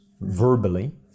verbally